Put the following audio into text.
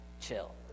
chill